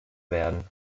werden